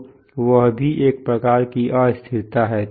तो वह भी एक प्रकार की अस्थिरता है